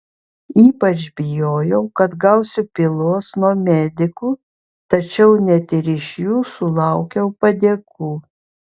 ypač bijojau kad gausiu pylos nuo medikų tačiau net ir iš jų sulaukiau padėkų